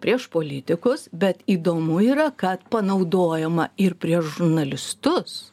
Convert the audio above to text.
prieš politikus bet įdomu yra kad panaudojama ir prieš žurnalistus